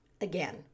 again